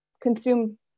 consume